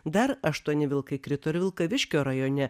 dar aštuoni vilkai krito ir vilkaviškio rajone